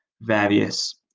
various